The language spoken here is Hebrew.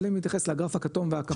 אבל אם נתייחס לגרף הכתוב והכחול.